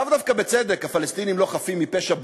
לאו דווקא בצדק, הפלסטינים בוודאי לא חפים מפשע,